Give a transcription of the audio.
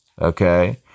Okay